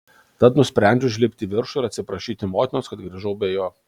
tad nusprendžiau užlipti į viršų ir atsiprašyti motinos kad grįžau be jo